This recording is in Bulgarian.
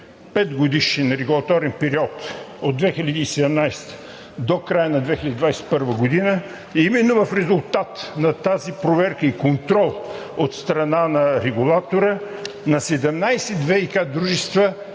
5-годишен регулаторен период от 2017 г. до края на 2021 г. именно в резултат на тази проверка и контрол от страна на регулатора на 17 ВиК дружества